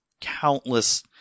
countless